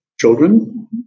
children